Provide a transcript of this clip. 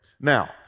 Now